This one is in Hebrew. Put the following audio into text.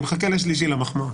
אני מחכה לשלישי, למחמאות.